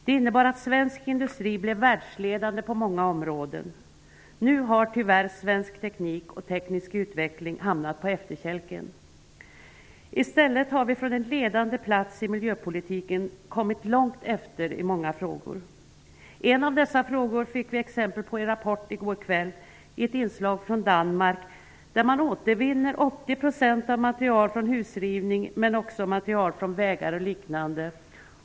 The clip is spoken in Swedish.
Det innebar att svensk industri blev världsledande på många områden. Nu har tyvärr svensk teknik och teknisk utveckling hamnat på efterkälken. I stället har vi från en ledande plats i miljöpolitiken kommit långt efter i många frågor. En av dessa frågor fick vi exempel på i Rapport i går kväll i ett inslag från Danmark, där man återvinner 80 % av material från husrivning, men också material från vägar och liknande.